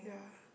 yeah